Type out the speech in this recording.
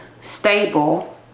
stable